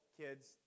kids